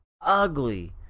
ugly